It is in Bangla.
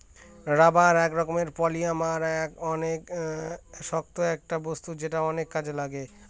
রাবার এক রকমের পলিমার আর অনেক শক্ত একটা বস্তু যেটা অনেক কাজে লাগে